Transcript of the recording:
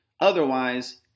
Otherwise